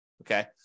Okay